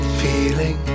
feeling